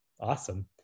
awesome